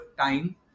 time